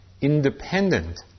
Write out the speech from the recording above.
Independent